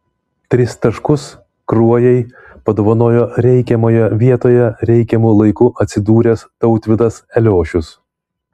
tris taškus kruojai padovanojo reikiamoje vietoje reikiamu laiku atsidūręs tautvydas eliošius